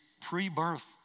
pre-birth